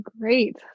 Great